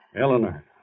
Eleanor